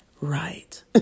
right